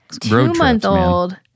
Two-month-old